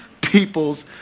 people's